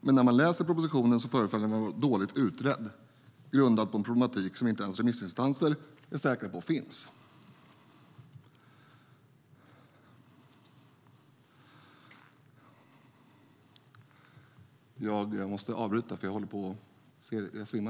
Men när man läser propositionen förefallet detta vara dåligt utrett och grundat på en problematik som inte ens remissinstanser är säkra på om den finns. Jag måste nu avbryta mitt anförande, för jag håller på att svimma.